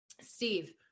Steve